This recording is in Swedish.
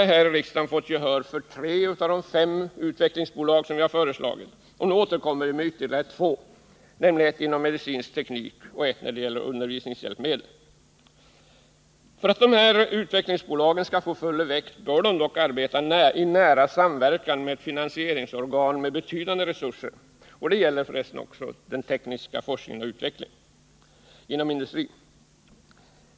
Vi har tidigare fått gehör för tre av de fem utvecklingsbolag som vi har föreslagit och nu återkommer vi med förslag till ytterligare två sådana, nämligen ett när det gäller medicinsk teknik och ett när det gäller undervisningshjälpmedel. För att dessa utvecklingsbolag skall få full effekt bör de dock arbeta i nära samverkan med ett finansieringsorgan med betydande resurser. Det gäller för resten också beträffande den tekniska forskningen och utvecklingen inom industrin.